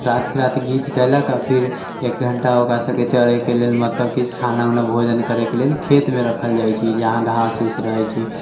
राति राति गीत गैलक आओर फिर एक घण्टा ओकरा चरैके लेल मतलब कि खाना वाना भोजन करैके लेल खेतमे रख्खल जाइ छै जहाँ घास उस रहै छै